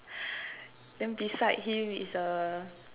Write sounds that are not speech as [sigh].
[breath] then beside him is a